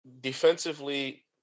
defensively